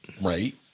Right